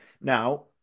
Now